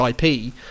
IP